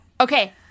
Okay